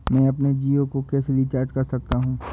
मैं अपने जियो को कैसे रिचार्ज कर सकता हूँ?